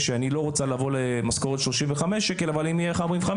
של לא לעבוד במשכורת עבור 35 שקלים לשעה,